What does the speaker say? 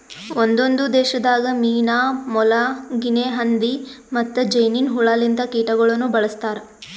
ಒಂದೊಂದು ದೇಶದಾಗ್ ಮೀನಾ, ಮೊಲ, ಗಿನೆ ಹಂದಿ ಮತ್ತ್ ಜೇನಿನ್ ಹುಳ ಲಿಂತ ಕೀಟಗೊಳನು ಬಳ್ಸತಾರ್